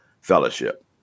fellowship